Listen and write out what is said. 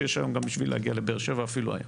שיש אפילו כבר היום.